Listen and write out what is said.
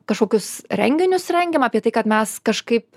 kažkokius renginius rengiam apie tai kad mes kažkaip